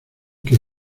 que